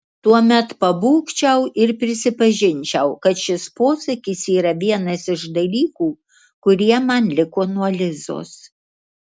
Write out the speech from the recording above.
tuomet pabūgčiau ir prisipažinčiau kad šis posakis yra vienas iš dalykų kurie man liko nuo lizos